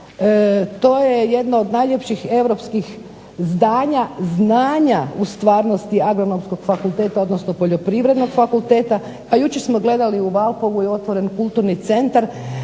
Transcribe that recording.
to je jedna od najljepših europskih zdanja znanja u stvarnosti Agronomskog fakulteta, odnosno poljoprivrednog fakulteta. A jučer smo gledali u Valpovu je otvoren Kulturni centar.